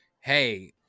hey